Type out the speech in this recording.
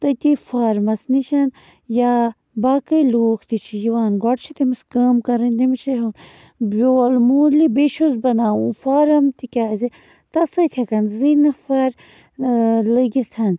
تٔتی فارمس نِش یا باقٕے لوٗکھ تہِ چھِ یِوان گۄڈٕ چھِ تٔمس کٲم کَرٕنۍ تٔمس چھِ ہیوٚن بیول موٗلی بیٚیہِ چھُس بناوُن فارم تِکیٛازِ تَتھ سۭتۍ ہٮ۪کن زٕے نفر لٔگِتھ